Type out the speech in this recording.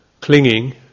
clinging